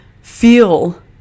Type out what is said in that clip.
feel